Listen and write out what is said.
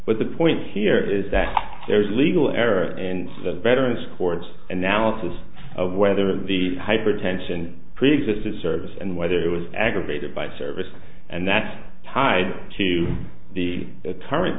but the point here is that there is a legal error and the veterans courts analysis of whether the hypertension preexisted service and whether it was aggravated by service and that's tied to the tarrant